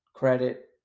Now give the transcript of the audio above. credit